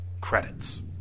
Credits